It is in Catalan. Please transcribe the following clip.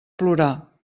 plorar